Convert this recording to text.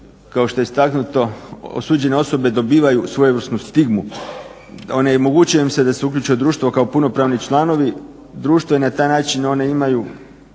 kao što je istaknuto osuđene osobe dobivaju svojevrsnu stigmu. Onemogućuje im se da se uključe u društvo kao punopravni članovi društva i na taj način one imaju,